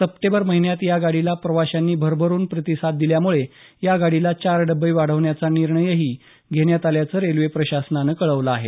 September महिन्यात या गाडीला प्रवाशांनी भरभरून प्रतिसाद दिल्यामुळे या गाडीला चार डब्बे वाढवण्याचा निर्णयही घेण्यात आल्याचं रेल्वे प्रशासनानं कळवलं आहे